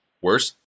Worse